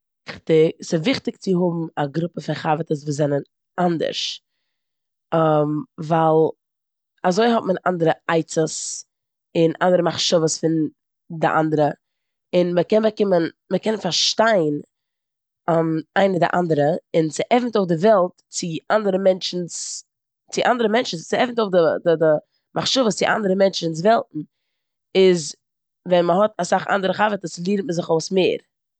ס'וויכטיג צו האבן א גרופע פון חברטעס וואס זענען אנדערש ווייל אזוי האט מען אנדערע עצות און אנדערע מחשבות פון די אנדערע און מ'קען באקומען- מ'קען פארשטיין איינער די אנדערע און ס'עפנט אויף די וועלט צו אנדערע מענטשן'ס- צו אנדערע מענטשן. ס'עפנט אויף די- די- די מחשבות צו אנדערע מענטשן'ס וועלטן איז ווען מ'האט אסאך אנדערע חברטעס לערנט מען זיך אויס מער.